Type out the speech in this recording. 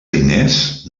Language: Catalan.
diners